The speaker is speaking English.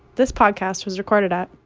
this podcast was recorded at.